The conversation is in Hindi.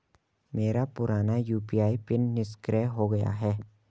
मेरा पुराना यू.पी.आई पिन निष्क्रिय हो गया है